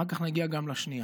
אחר כך נגיע גם לשנייה.